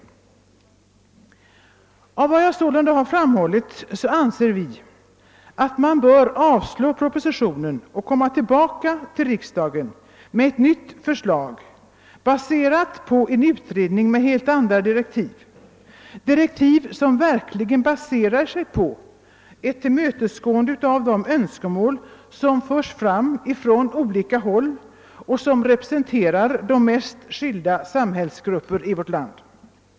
På grund av vad jag sålunda har framhållit anser vi att man bör avslå propositionen och att ett nytt förslag bör föreläggas riksdagen, baserat på en utredning med helt andra direktiv. Direktiven bör innebära ett tillgodoseende av de önskemål som förs fram från olika håll som representerar de mest skilda samhällsgrupper i vårt land.